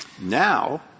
now